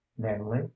namely